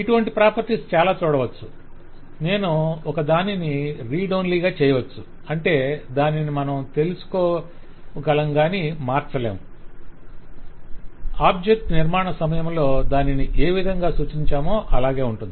ఇటువంటి ప్రాపర్టీస్ చాలా ఉండవచ్చు నేను ఒక దానిని రీడ్ ఓన్లీ గా చేయవచ్చు అంటే దానిని మనం తెలుసుకోవగలం గాని మార్చలేము ఆబ్జెక్ట్ నిర్మాణ సమయంలో దానిని ఏ విధంగా సూచించామో అలాగే ఉంటుంది